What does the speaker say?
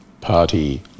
party